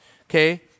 Okay